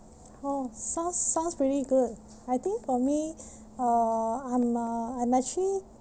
oh sounds sounds pretty good I think for me uh I'm uh I'm actually